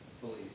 believe